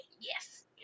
Yes